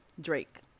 Drake